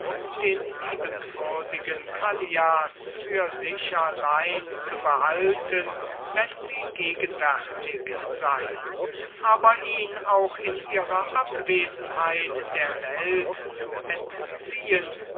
den liebenswürdigen callias für sich allein zu behalten wenn sie gegenwärtig sei aber ihn auch in ihrer abwesenheit der welt zu entziehen